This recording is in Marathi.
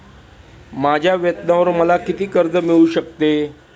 माझ्या वेतनावर मला किती कर्ज मिळू शकते?